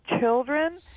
children